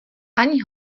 ani